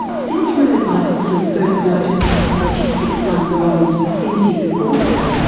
since rupert isaacson first noticed his autistic son rowan's affinity with horses,